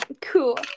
Cool